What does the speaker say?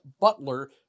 Butler